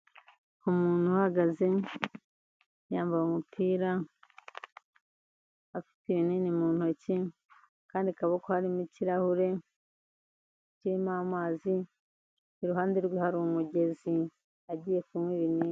Umuntu uhagaze yambaye umupira afite ibinini mu ntoki kandi akandi kaboko harimo ikirahure kirimo amazi, iruhande rwe hari umugezi agiye kunywa ibinini.